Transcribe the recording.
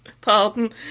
Pardon